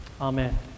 Amen